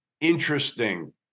interesting